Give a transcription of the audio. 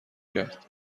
کرد